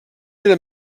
eren